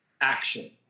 action